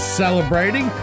celebrating